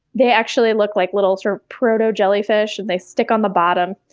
they actually look like little, sort of, proto-jellyfish and they stick on the bottom.